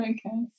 Okay